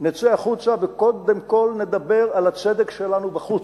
נצא החוצה וקודם כול נדבר על הצדק שלנו בחוץ.